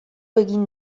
egin